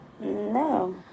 No